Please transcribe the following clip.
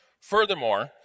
Furthermore